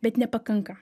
bet nepakanka